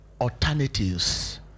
alternatives